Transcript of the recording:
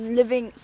living